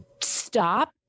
stop